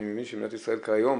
אני מבין שמדינת ישראל כיום,